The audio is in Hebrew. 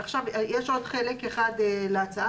יש עוד חלק אחד להצעה.